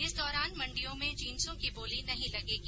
इस दौरान मंडियों में जिसों की बोली नहीं लगेगी